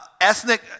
ethnic